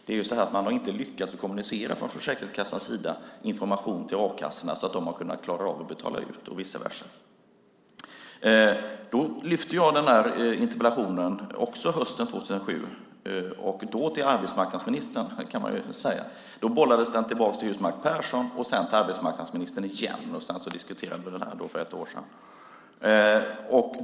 Försäkringskassan har inte lyckats kommunicera information till a-kassorna så att de har klarat av att betala ut pengar och vice versa. Hösten 2007 ställde jag också en interpellation om detta, då till arbetsmarknadsministern. Då bollades den tillbaka till Husmark Pehrsson, sedan till arbetsmarknadsministern igen, och sedan diskuterade vi den här för ett år sedan.